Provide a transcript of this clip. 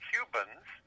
Cubans